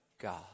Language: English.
God